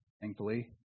thankfully